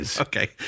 Okay